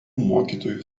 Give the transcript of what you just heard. mokytojų